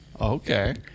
okay